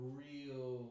real